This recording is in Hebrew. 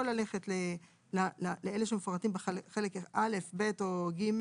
או ללכת לאלו שמפורטים בחלק א', ב' או ג',